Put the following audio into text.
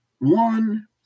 one